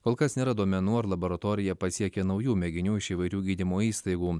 kol kas nėra duomenų ar laboratoriją pasiekė naujų mėginių iš įvairių gydymo įstaigų